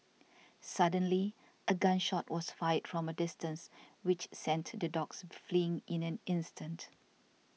suddenly a gun shot was fired from a distance which sent the dogs fleeing in an instant